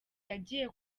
yagiye